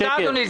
תודה, אדוני.